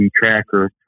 Tracker